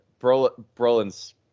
Brolin's